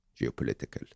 geopolitical